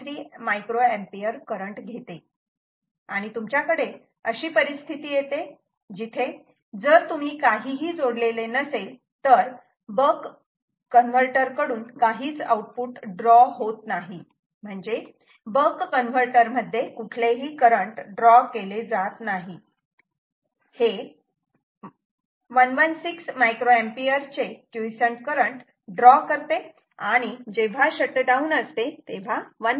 3 micro ampere current घेते आणि तुमच्याकडे अशी परिस्थिती येते जिथे जर तुम्ही काहीही जोडलेले नसेल तर बक कन्वर्टर कडून काहीच आउटपुट ड्रॉ होत नाही म्हणजे बक कन्व्हर्टर मध्ये कुठलेही करंट ड्रॉ केले जात नाही हे 116 मायक्रोएम्पिअर चे क्युइसंट करंट ड्रॉ करते आणि जेव्हा शटडाऊन असते तेव्हा 1